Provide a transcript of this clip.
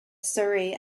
surrey